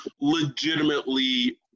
legitimately